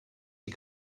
die